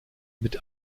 mit